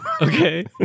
Okay